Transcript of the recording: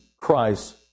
Christ